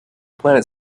planet